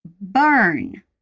burn